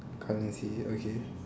currency okay